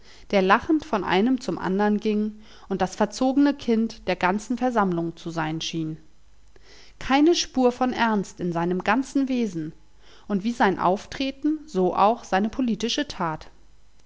der lachend von einem zum andern ging und das verzogne kind der ganzen versammlung zu sein schien keine spur von ernst in seinem ganzen wesen und wie sein auftreten so auch seine politische tat